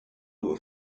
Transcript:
were